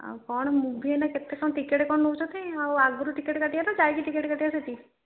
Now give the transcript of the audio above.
ଆଉ କ'ଣ ମୁଭି କେତେ କ'ଣ ଟିକେଟ୍ କ'ଣ ନେଉଛନ୍ତି ଆଉ ଆଗରୁ ଟିକେଟ୍ କାଟିିବା ନା ଯାଇକି ଟିକେଟ୍ କାଟିବା ସେଠି